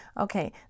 Okay